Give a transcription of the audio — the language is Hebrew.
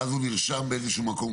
ואז הוא נרשם באיזה שהוא מקום כמה?